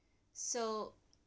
so